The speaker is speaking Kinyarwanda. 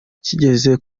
kigeze